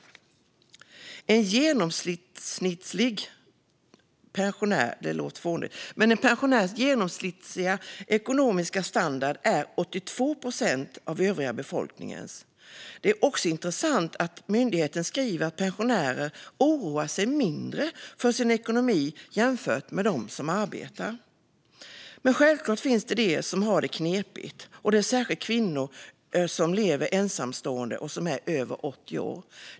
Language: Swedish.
En genomsnittlig pensionärs ekonomiska standard är 82 procent av den övriga befolkningens. Det är också intressant att myndigheten skriver att pensionärer oroar sig mindre för sin ekonomi jämfört med dem som arbetar. Men självklart finns det de som har det knepigt. Det är särskilt kvinnor som lever ensamma och är över 80 år.